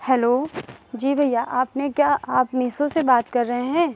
hello जी भइया आपने क्या आप मीसो से बात कर रहे हैं